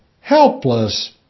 helpless